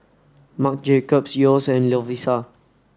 Marc Jacobs Yeo's and Lovisa